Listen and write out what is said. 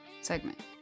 segment